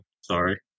Sorry